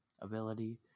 ability